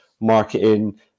marketing